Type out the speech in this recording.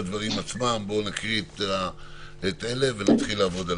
נקרא ונתחיל לעבוד.